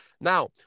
Now